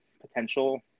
potential